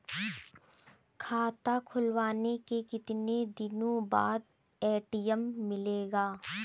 खाता खुलवाने के कितनी दिनो बाद ए.टी.एम मिलेगा?